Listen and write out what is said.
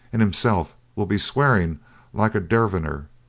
and himself will be swearing like a derviner.